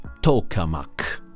tokamak